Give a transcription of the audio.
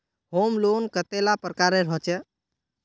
Home loan कतेला प्रकारेर होचे?